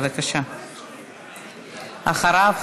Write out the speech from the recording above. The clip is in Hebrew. אחריו,